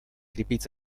крепить